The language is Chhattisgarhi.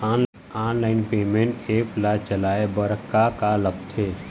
ऑनलाइन पेमेंट एप्स ला चलाए बार का का लगथे?